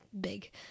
big